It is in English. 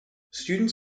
students